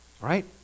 right